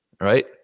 right